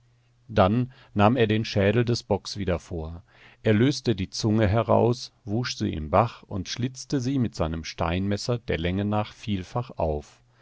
dann nahm er den schädel des bocks wieder vor er löste die zunge heraus wusch sie im bach und schlitzte sie mit seinem steinmesser der länge nach vielfach auf